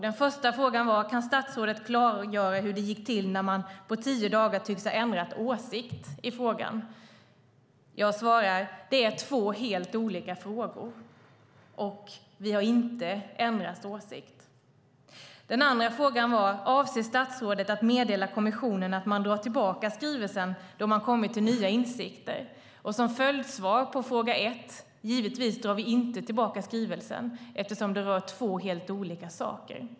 Den första frågan var: Kan statsrådet klargöra hur det gick till när man på tio dagar tycks ha ändrat åsikt i frågan? Jag svarar: Det är två helt olika frågor, och vi har inte ändrat åsikt. Den andra frågan var: Avser statsrådet att meddela kommissionen att man drar tillbaka skrivelsen då man har kommit till nya insikter? Som följdsvar på fråga ett säger jag att vi givetvis inte drar tillbaka skrivelsen eftersom det rör två helt olika saker.